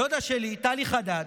דודה שלי טלי חדד,